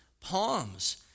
palms